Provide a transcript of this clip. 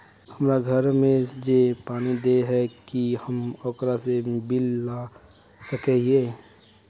हमरा घर में जे पानी दे है की हम ओकरो से बिल ला सके हिये?